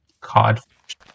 Codfish